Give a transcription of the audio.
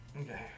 Okay